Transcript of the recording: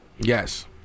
Yes